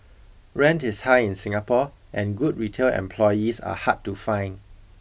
rent is high in Singapore and good retail employees are hard to find